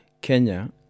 Kenya